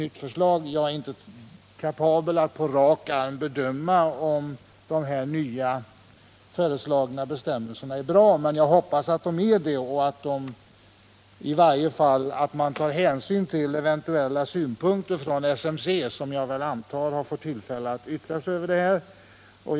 Jag är inte kapabel att på rak arm bedöma om de föreslagna nya bestämmelserna är bra, men jag hoppas att de är det och att man i varje fall tar hänsyn till eventuella synpunkter från SMC, som jag antar har fått tillfälle att yttra sig över förslaget.